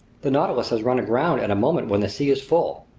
the nautilus has run aground at a moment when the sea is full.